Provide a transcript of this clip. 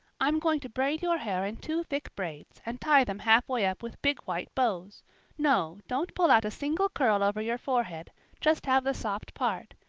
i'm going to braid your hair in two thick braids, and tie them halfway up with big white bows no, don't pull out a single curl over your forehead just have the soft part.